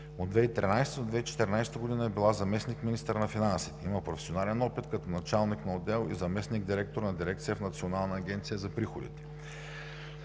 От 2013-а до 2014 г. е била заместник-министър на финансите. Има професионален опит като началник на отдел и заместник-директор на дирекция в Националната агенция за приходите.